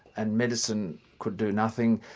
and medicine could do nothing,